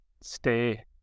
stay